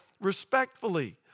respectfully